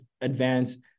advanced